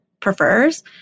prefers